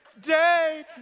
day